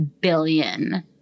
billion